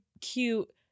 cute